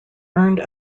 earned